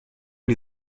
die